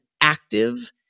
active